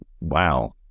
wow